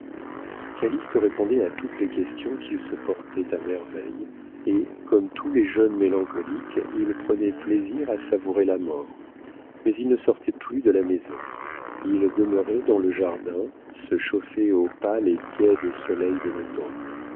inutiles calyste répondait à toutes les questions qu'il se portait à merveille et comme tous les jeunes mélancoliques il prenait plaisir à savourer la mort mais il ne sortait plus de la maison il demeurait dans le jardin se chauffait au pâle et tiède soleil de l'automne